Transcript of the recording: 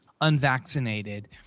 unvaccinated